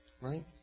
Right